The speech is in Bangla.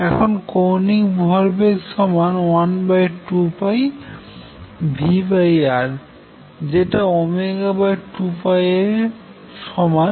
এখন কৌণিক ভরবেগ সমান 12πvR যেটা সমান 2πসমান